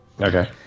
okay